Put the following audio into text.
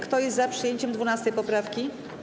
Kto jest za przyjęciem 12. poprawki?